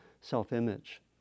self-image